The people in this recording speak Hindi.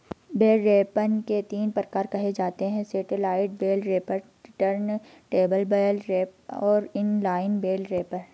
बेल रैपर के तीन प्रकार कहे जाते हैं satellite bale wrapper, turntable bale wrapper और इन लाइन बेल रैपर